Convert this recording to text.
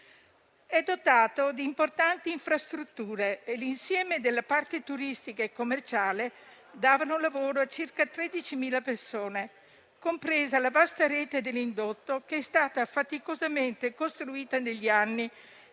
È dotato di importanti infrastrutture e l'insieme della parte turistica e commerciale dava lavoro a circa 13.000 persone, compresa la vasta rete dell'indotto, faticosamente costruita negli anni e